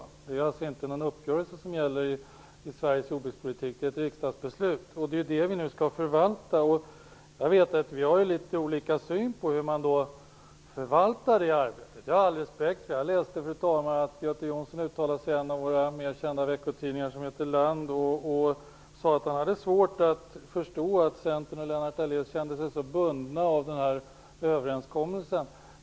Det är alltså inte en uppgörelse som gäller i Sveriges jordbrukspolitik; det är ett riksdagsbeslut. Det är det vi nu skall förvalta. Jag vet att vi har litet olika syn på hur man förvaltar det arbetet. Det har jag all respekt för. Jag läste att Göte Jonsson uttalade sig i en av våra mer kända veckotidningar - den heter Land - och sade att han hade svårt att förstå att Centern och Lennart Daléus kände sig så bundna av den här överenskommelsen.